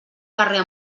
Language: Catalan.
carrer